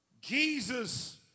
Jesus